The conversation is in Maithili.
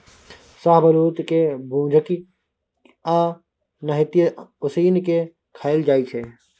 शाहबलुत के भूजि केँ आ नहि तए उसीन के खाएल जाइ छै